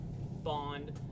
bond